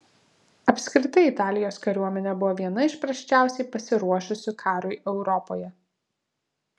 apskritai italijos kariuomenė buvo viena iš prasčiausiai pasiruošusių karui europoje